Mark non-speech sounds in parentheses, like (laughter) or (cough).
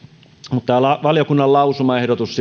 mutta tämä valiokunnan lausumaehdotus (unintelligible)